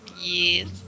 Yes